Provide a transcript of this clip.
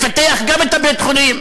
לפתח גם את בית-החולים,